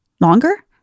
Longer